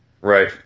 Right